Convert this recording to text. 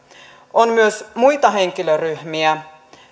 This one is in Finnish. on myös muita henkilöryhmiä